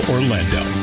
Orlando